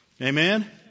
Amen